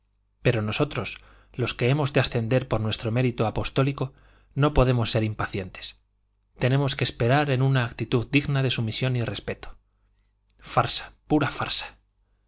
pero nosotros los que hemos de ascender por nuestro mérito apostólico no podemos ser impacientes tenemos que esperar en una actitud digna de sumisión y respeto farsa pura farsa